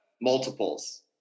multiples